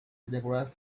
telegraph